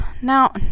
Now